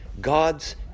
God's